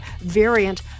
variant